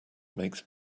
makes